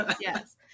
yes